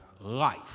life